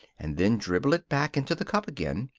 and then dribble it back into the cup again,